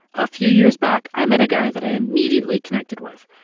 a few years back i met a guy that i immediately connected with.